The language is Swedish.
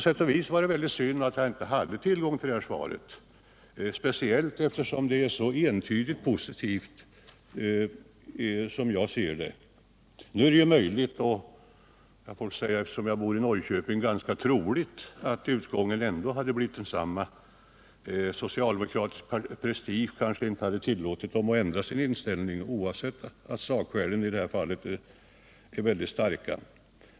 Det var synd att jag inte hade tillgång till dagens svar i torsdags, eftersom det är så entydigt positivt, som jag ser det. Nu är det möjligt — eftersom jag bor i Norrköping vill jag säga ganska troligt — att utgången ändå hade blivit densamma. Socialdemokraternas prestige tillåter knappast att de ändrar sin inställning oavsett hur starka sakskäl som kan åberopas.